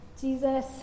Jesus